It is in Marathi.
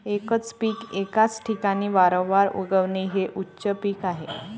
एकच पीक एकाच ठिकाणी वारंवार उगवणे हे उच्च पीक आहे